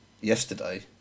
yesterday